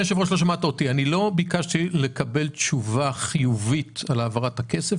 לא ביקשתי לקבל תשובה חיובית על העברת הכסף,